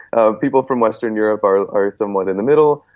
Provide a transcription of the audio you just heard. ah people from western europe are are somewhat in the middle,